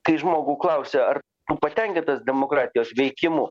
kai žmogų klausia ar tu patenkintas demokratijos veikimu